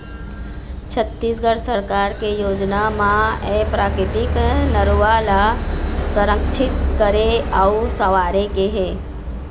छत्तीसगढ़ सरकार के योजना म ए प्राकृतिक नरूवा ल संरक्छित करे अउ संवारे के हे